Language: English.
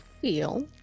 feel